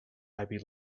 happy